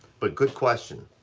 but good question.